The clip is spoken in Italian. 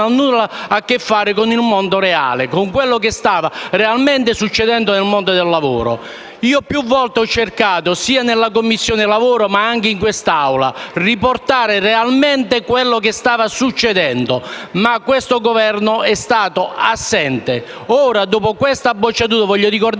non ha nulla a che fare con il mondo reale, con quello che stava realmente accadendo nel mondo del lavoro. Più volte ho cercato, sia in Commissione lavoro che in quest'Assemblea, di evidenziare quello che stava realmente succedendo, ma questo Governo è stato assente. Ora, dopo questa bocciatura, voglio ricordare